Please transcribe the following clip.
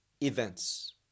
events